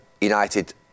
United